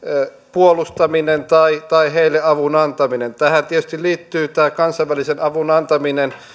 puolustaminen tai tai heille avun antaminen tähän tietysti liittyy kansainvälisen avun antaminen